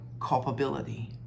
culpability